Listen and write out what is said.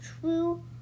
true